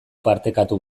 partekatu